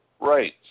Right